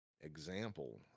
example